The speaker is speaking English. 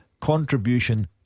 contribution